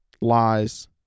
lies